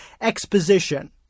exposition